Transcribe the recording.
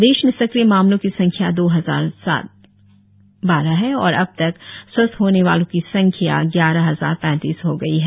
प्रदेश में सक्रिय मामलों की संख्या दो हजार सात सौ बारह है और अब तक स्वस्थ्य होने वाले की संख्या ग्यारह हजार पैतीस हो गई है